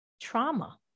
trauma